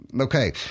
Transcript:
Okay